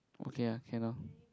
okay ah can lor